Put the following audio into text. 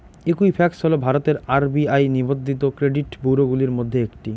Equifax হল ভারতের RBI নিবন্ধিত ক্রেডিট ব্যুরোগুলির মধ্যে একটি